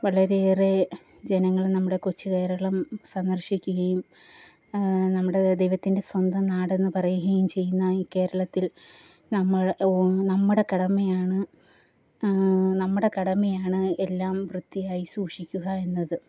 വളരെയേറെ ജനങ്ങൾ നമ്മുടെ കൊച്ചു കേരളം സന്ദർശിക്കുകയും നമ്മുടെ ദൈവത്തിൻറ്റെ സ്വന്തം നാടെന്നു പറയുകയും ചെയ്യുന്ന ഈ കേരളത്തിൽ നമ്മൾ നമ്മുടെ കടമയാണ് നമ്മുടെ കടമയാണ് എല്ലാം വൃത്തിയായി സൂക്ഷിക്കുക എന്നത്